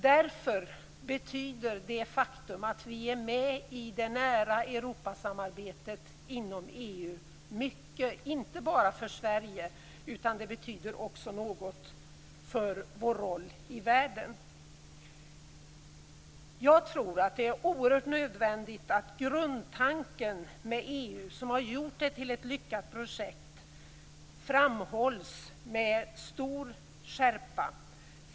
Därför betyder det faktum att vi är med i det nära samarbetet inom EU mycket, inte bara för Sverige, utan det betyder också en del för vår roll i världen. Jag tror att det är nödvändigt att grundtanken med EU, som har gjort unionen till ett lyckat projekt, framhålls med stor skärpa.